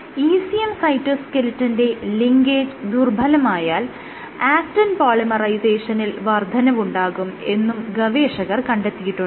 ECM സൈറ്റോസ്കെലിറ്റന്റെ linkage ദുർബ്ബലമായാൽ actin പോളിമറൈസേഷനിൽ വർദ്ധനവുണ്ടാകും എന്നും ഗവേഷകർ കണ്ടെത്തിയിട്ടുണ്ട്